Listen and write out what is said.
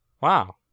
Wow